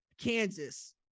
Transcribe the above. Kansas